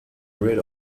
rid